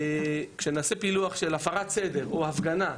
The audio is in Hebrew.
כשנעשה פילוח של הפרת סדר או הפגנה,